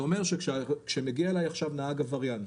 זה אומר שכשמגיע אלי עכשיו נהג עבריין,